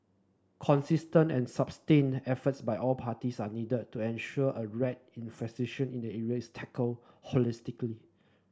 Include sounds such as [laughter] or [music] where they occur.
consistent and sustained efforts by all parties are needed to ensure a rat infestation in an [unintelligible] tackled holistically